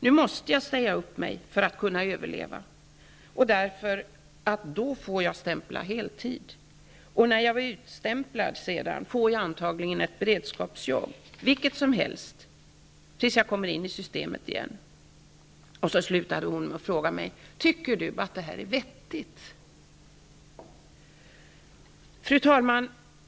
Nu måste jag säga upp mig för att kunna överleva -- då får jag stämpla heltid, och när jag sedan blir utstämplad får jag antagligen ett beredskapsjobb, vilket som helst, tills jag kommer in i systemet igen. Hon slutade med att fråga mig: Tycker du att det här är vettigt? Fru talman!